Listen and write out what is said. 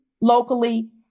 locally